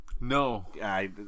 No